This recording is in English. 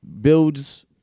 builds